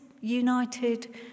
United